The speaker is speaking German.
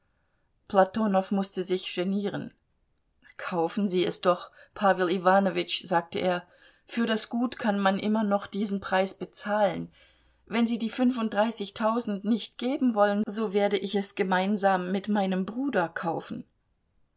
platonow mußte sich genieren kaufen sie es doch pawel iwanowitsch sagte er für das gut kann man immer noch diesen preis bezahlen wenn sie die fünfunddreißigtausend nicht geben wollen so werde ich es gemeinsam mit meinem bruder kaufen